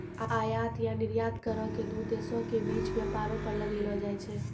आयात या निर्यात करो के दू देशो के बीच व्यापारो पर लगैलो जाय छै